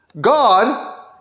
God